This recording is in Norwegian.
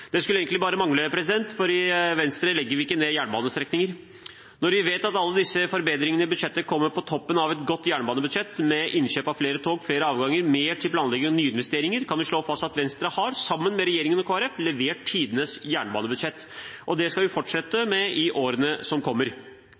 Det skulle egentlig bare mangle, for i Venstre legger vi ikke ned jernbanestrekninger. Når vi vet at alle disse forbedringene i budsjettet kommer på toppen av et godt jernbanebudsjett med innkjøp av flere tog, oppretting av flere avganger, mer til planlegging og nyinvesteringer, kan vi slå fast at Venstre sammen med regjeringen og Kristelig Folkeparti har levert tidenes jernbanebudsjett. Og det skal vi fortsette med i årene som kommer.